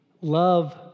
Love